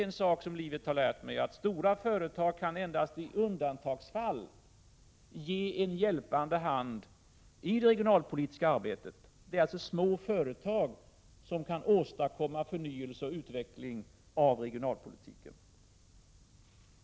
En sak som livet har lärt mig är att stora företag endast i undantagsfall kan ge en hjälpande hand i det regionalpolitiska arbetet. Det är alltså små företag som kan åstadkomma förnyelse och utveckling av regionalpolitiken.